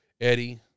Eddie